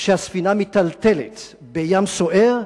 כשהספינה מיטלטלת בים סוער,